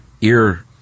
ear